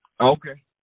Okay